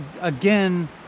again